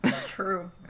true